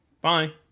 Bye